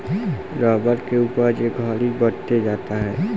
rubber के उपज ए घड़ी बढ़ते जाता